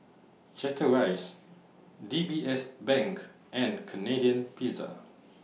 Chateraise D B S Bank and Canadian Pizza